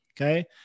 Okay